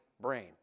brain